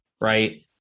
right